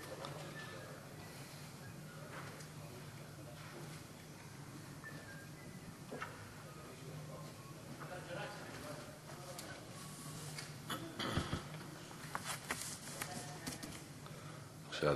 בבקשה,